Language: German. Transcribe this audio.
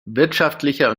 wirtschaftlicher